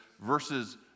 versus